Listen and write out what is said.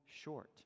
short